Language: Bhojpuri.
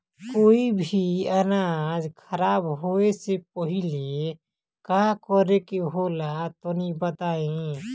कोई भी अनाज खराब होए से पहले का करेके होला तनी बताई?